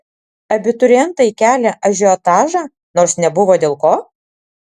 abiturientai kelią ažiotažą nors nebuvo dėl ko